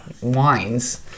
wines